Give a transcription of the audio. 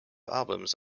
albums